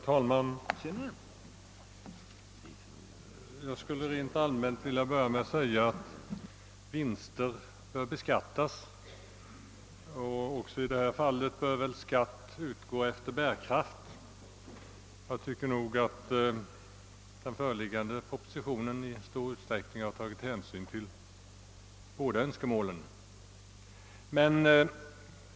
Herr talman! Rent allmänt anser jag att vinster bör beskattas och att skatt bör utgå efter bärkraft. Föreliggande proposition har i stor utsträckning tagit hänsyn till båda dessa önskemål.